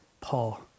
Paul